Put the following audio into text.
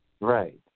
Right